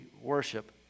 worship